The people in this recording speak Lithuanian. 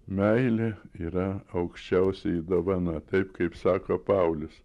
meilė yra aukščiausioji dovana taip kaip sako paulius